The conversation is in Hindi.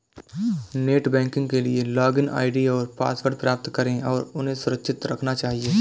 नेट बैंकिंग के लिए लॉगिन आई.डी और पासवर्ड प्राप्त करें और उन्हें सुरक्षित रखना चहिये